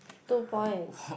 two points